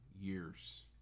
years